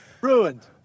Ruined